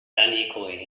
unequally